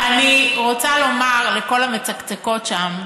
אני רוצה לומר לכל המצקצקות שם,